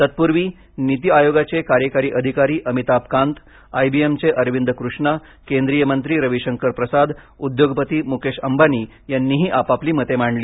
तत्पूर्वी नीती आयोगाचे कार्यकारी अधिकारी Amitabh Kant I B M चे अरविंद कृष्णा केंद्रीय मंत्री रविशंकर प्रसाद उद्योगपती मुकेश अंबानी यांनीही आपापली मते मांडली